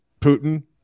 Putin